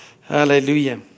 Hallelujah